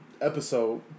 episode